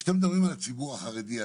כשאתם מדברים על הציבור החרדי,